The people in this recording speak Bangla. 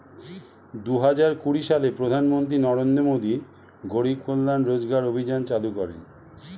দুহাজার কুড়ি সালে প্রধানমন্ত্রী নরেন্দ্র মোদী গরিব কল্যাণ রোজগার অভিযান চালু করেন